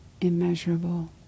immeasurable